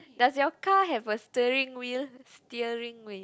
does your car have a steering wheel steering wheel